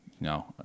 no